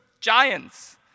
giants